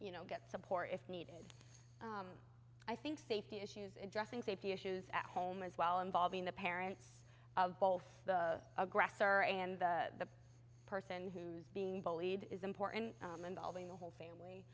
you know get support if needed i think safety issues addressing safety issues at home as well involving the parents of both the aggressor and the person who's being bullied is important and alving the whole